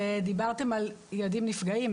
דיברתם על ילדים נפגעים,